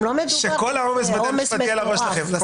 שכל העומס של בתי המשפט יהיה על הראש שלכם.